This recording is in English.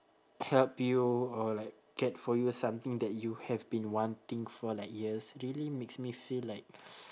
help you or like get for you something that you have been wanting for like years really makes me feel like